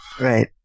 Right